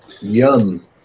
Yum